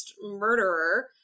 murderer